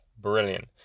brilliant